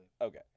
Okay